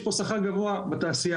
יש פה שכר גבוה בתעשייה,